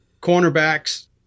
cornerbacks